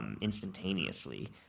instantaneously